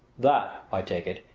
that, i take it,